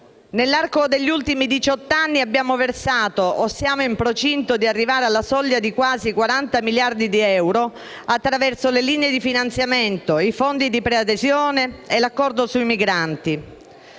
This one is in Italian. Nell'arco degli ultimi diciotto anni abbiamo versato - o siamo in procinto di farlo - quasi 40 miliardi di euro attraverso le linee di finanziamento, i fondi di preadesione e l'accordo sui migranti.